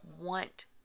want